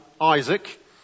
Isaac